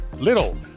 little